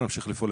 אם אתם זוכרים,